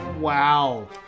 Wow